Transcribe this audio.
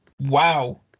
Wow